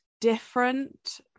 different